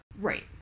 Right